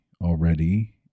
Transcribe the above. already